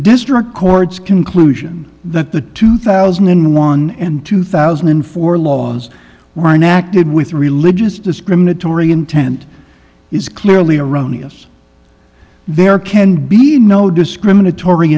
district court's conclusion that the two thousand and one and two thousand and four laws were enacted with religious discriminatory intent is clearly erroneous there can be no discriminatory